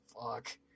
fuck